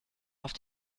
auf